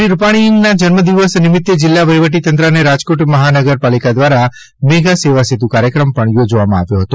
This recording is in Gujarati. શ્રી વિજયભાઇ રૂપાણીના જન્મદિવસ નિમિત્તે જિલ્લા વહીવટીતંત્ર અને રાજકોટ મહાનગરપાલિકા દ્વારા મેગા સેવા સેતુ કાર્યક્રમ પણ યોજવામાં આવ્યો હતો